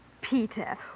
Peter